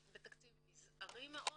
התקציב של התכנית הזאת הוא מזערי מאוד.